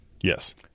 Yes